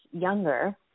younger